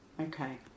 Okay